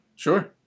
Sure